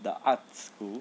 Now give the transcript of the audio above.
the arts school